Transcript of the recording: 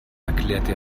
erklärte